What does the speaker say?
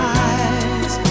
eyes